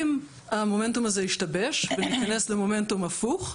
אם המומנטום הזה ישתבש וניכנס למומנטום הפוך,